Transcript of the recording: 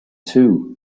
too